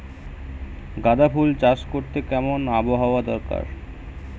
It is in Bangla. গাঁদাফুল চাষ করতে কেমন আবহাওয়া দরকার?